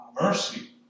mercy